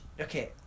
Okay